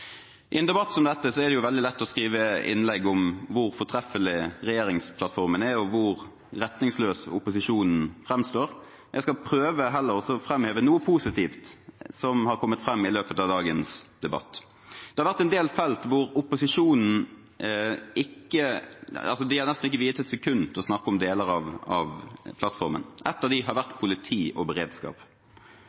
I en debatt som dette er det veldig lett å skrive innlegg om hvor fortreffelig regjeringsplattformen er, og hvor retningsløs opposisjonen framstår. Jeg skal heller prøve å framheve noe positivt som har kommet fram i løpet av dagens debatt. Det er deler av plattformen som opposisjonen nesten ikke viet et sekund til å snakke om. En av disse er politi og beredskap.